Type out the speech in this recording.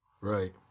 Right